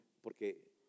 porque